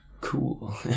cool